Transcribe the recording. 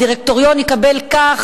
הדירקטוריון יקבל כך,